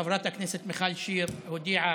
חברת הכנסת מיכל שיר, הודיעה